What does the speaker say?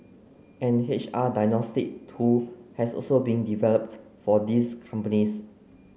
an H R diagnostic tool has also been developed for these companies